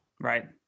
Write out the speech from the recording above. Right